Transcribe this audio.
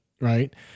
right